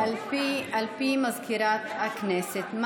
על פי מזכירת הכנסת,